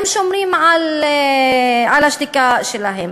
הם שומרים על השתיקה שלהם.